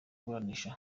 kuburanisha